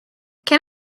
can